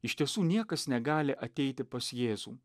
iš tiesų niekas negali ateiti pas jėzų